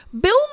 Bill